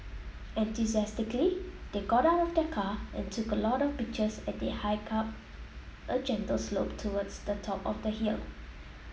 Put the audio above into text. enthusiastically they got out of the car and took a lot of pictures as they hiked up a gentle slope towards the top of the hill